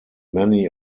many